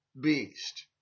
beast